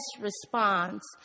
response